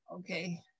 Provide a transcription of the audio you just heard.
Okay